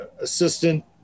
assistant